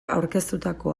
aurkeztutako